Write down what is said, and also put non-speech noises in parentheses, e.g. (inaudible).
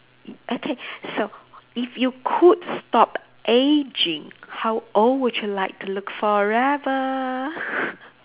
i~ okay so if you could stop aging how old would you like to look forever (laughs)